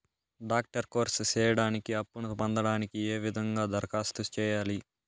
Doctor course సేయడానికి అప్పును పొందడానికి ఏ విధంగా దరఖాస్తు సేయాలి?